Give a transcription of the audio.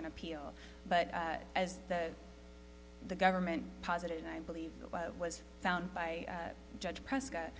on appeal but as the the government posited i believe was found by judge prescott